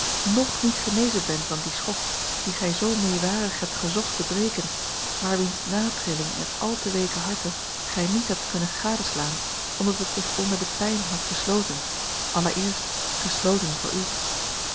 ng niet genezen ben van dien schok dien gij zoo meewarig hebt gezocht te breken maar wiens natrilling in het al te weeke harte gij niet hebt kunnen gadeslaan omdat het zich onder de pijn had gesloten allereerst gesloten voor u